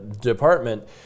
department